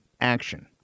action